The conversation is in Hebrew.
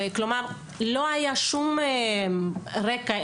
לא היה שום רקע.